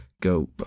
go